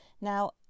Now